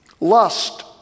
lust